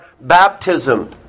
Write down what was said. baptism